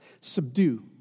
subdue